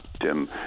Tim